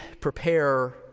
prepare